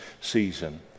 season